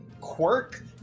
quirk